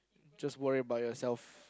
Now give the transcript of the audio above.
just worry about yourself